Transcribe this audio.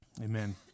Amen